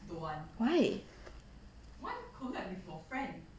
why